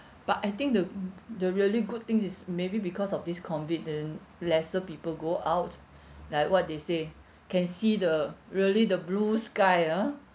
but I think the the really good things is maybe because of this COVID then lesser people go out like what they say can see the really the blue sky ah